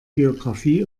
biografie